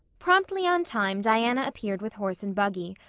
promptly on time diana appeared with horse and buggy,